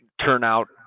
turnout